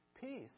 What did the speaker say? peace